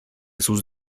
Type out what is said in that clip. sus